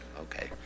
okay